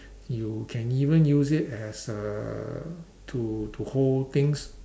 you can even use it as uh to to hold things